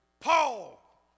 Paul